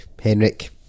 Henrik